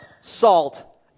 salt